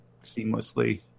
seamlessly